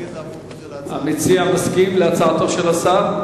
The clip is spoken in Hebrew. המציע מסכים להצעתו של השר?